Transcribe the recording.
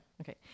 Okay